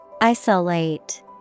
Isolate